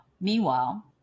meanwhile